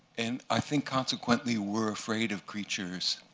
and i think consequently, we're afraid of creatures